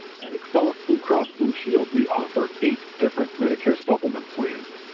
at excellus blue cross blue shield, we offer eight different medicare supplement plans.